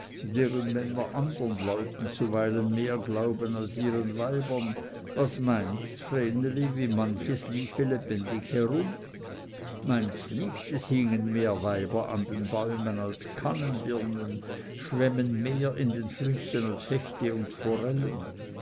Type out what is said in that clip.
deren männer andern leuten zuweilen mehr glauben als ihren weibern was meinst vreneli wie manches lief lebendig herum meinst nicht es hingen mehr weiber an den bäumen als kannenbirnen schwämmen mehr in den flüssen als hechte und forellen